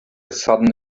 sudden